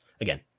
again